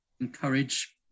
encourage